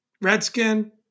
Redskin